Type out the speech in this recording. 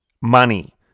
money